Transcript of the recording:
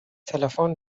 تلفن